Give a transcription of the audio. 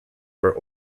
for